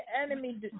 enemy